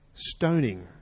Stoning